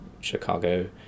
Chicago